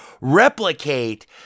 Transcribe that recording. replicate